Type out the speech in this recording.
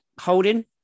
holding